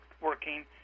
working